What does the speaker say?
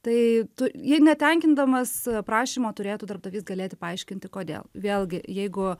tai tu ji netenkindamas prašymo turėtų darbdavys galėti paaiškinti kodėl vėlgi jeigu